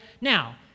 Now